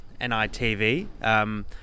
NITV